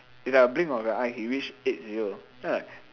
is like a blink of your eye he reached eight zero then I